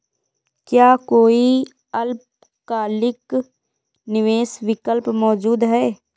क्या कोई अल्पकालिक निवेश विकल्प मौजूद है?